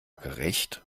gerecht